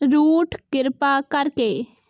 route ਕਿਰਪਾ ਕਰਕੇ